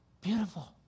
beautiful